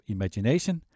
Imagination